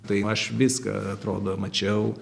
tai aš viską atrodo mačiau